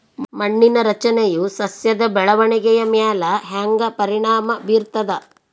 ಮಣ್ಣಿನ ರಚನೆಯು ಸಸ್ಯದ ಬೆಳವಣಿಗೆಯ ಮ್ಯಾಲ ಹ್ಯಾಂಗ ಪರಿಣಾಮ ಬೀರ್ತದ?